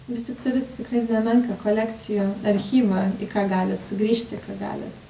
visi turit tikrai nemenką kolekcijų archyvą į ką galit sugrįžt į ką galit